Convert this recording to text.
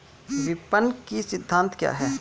विपणन के सिद्धांत क्या हैं?